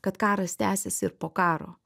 kad karas tęsis ir po karo